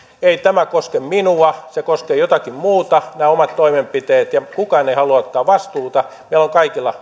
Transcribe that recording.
ei tämä koske minua se koskee jotakin muuta nämä omat toimenpiteet ja kukaan ei halua ottaa vastuuta meillä on kaikilla